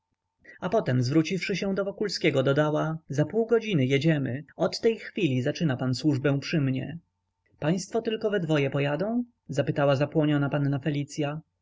a potem zwróciwszy się do wokulskiego dodała za pół godziny jedziemy od tej chwili zaczyna pan służbę przy mnie państwo tylko we dwoje pojadą spytała zapłoniona panna felicya